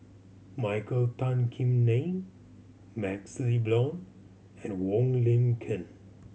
Michael Tan Kim Nei MaxLe Blond and Wong Lin Ken